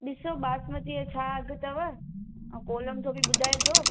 ॾिसो बासमतीअ यो छा अघु अथव ऐं कोलम जो बि ॿुधाइजो